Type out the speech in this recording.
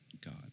God